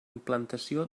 implantació